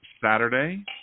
saturday